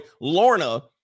Lorna